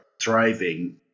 thriving